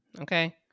Okay